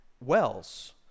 wells